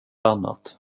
annat